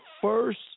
first